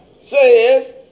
says